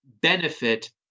benefit